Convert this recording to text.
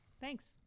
thanks